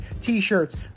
t-shirts